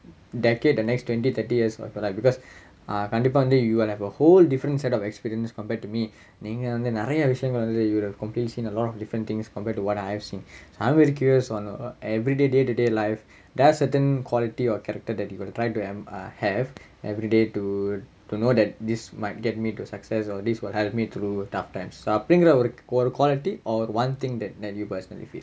decade the next twenty thirty years குல:kula because uh கண்டிப்பா வந்து:kandippaa vanthu you will have a whole different set of experience compared to me நீங்க வந்து நிறைய விஷயங்கள் வந்து:neenga vanthu niraiya vishayangal vanthu you would've probably seen a lot of different things compared to what I've seen so I'm very curious on your everyday day to day life there are certain quality or character that you got to try to em~ or have everyday to to know that this might get me to success of this will help me through tough times அப்படிங்குற ஒரு:appdingura oru quality or one thing that that you personally fit